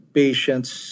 patient's